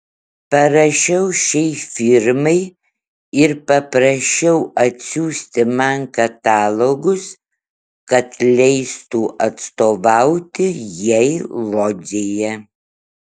parašiau šiai firmai ir paprašiau atsiųsti man katalogus kad leistų atstovauti jai lodzėje